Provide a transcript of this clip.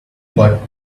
got